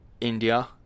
India